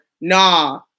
Nah